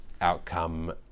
outcome